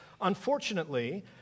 unfortunately